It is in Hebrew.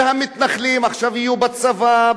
והמתנחלים עכשיו יהיו בצבא,